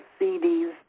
CDs